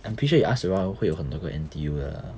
I'm pretty sure you ask around 会有很多个 N_T_U 的 lah